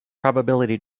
probability